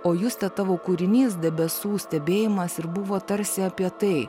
o juste tavo kūrinys debesų stebėjimas ir buvo tarsi apie tai